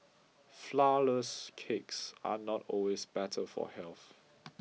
flourless cakes are not always better for health